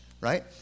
right